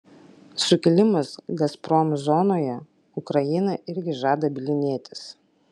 sukilimas gazprom zonoje ukraina irgi žada bylinėtis